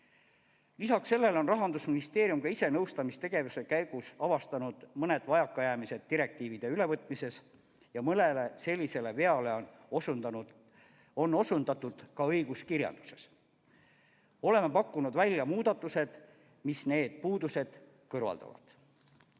Lisaks sellele on Rahandusministeerium ka ise nõustamistegevuse käigus avastanud mõned vajakajäämised direktiivide ülevõtmises. Mõnele sellisele veale on osundatud ka õiguskirjanduses. Oleme pakkunud välja muudatused, mis need puudused kõrvaldavad.